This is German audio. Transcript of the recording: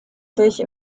sich